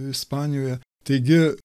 ispanijoje taigi